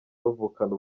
bavukana